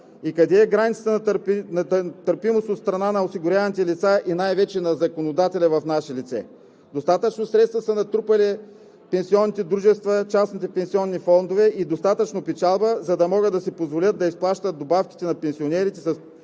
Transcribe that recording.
Къде е границата на търпимост от страна на осигуряваните лица и най-вече на законодателя в наше лице? Достатъчно средства са натрупали пенсионните дружества и частните пенсионни фондове и достатъчно печалба, за да могат да си позволят да изплащат добавките на пенсионерите с